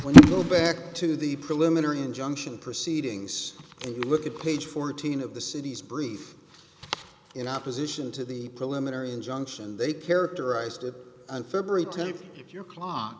when you go back to the preliminary injunction proceedings and you look at page fourteen of the city's brief in opposition to the preliminary injunction they characterized it on february tenth if your clock